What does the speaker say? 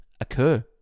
occur